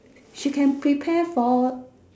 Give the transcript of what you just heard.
she can prepare for